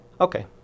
Okay